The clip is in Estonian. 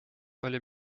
oli